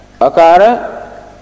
Akara